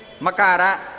Makara